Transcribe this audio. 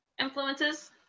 influences